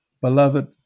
Beloved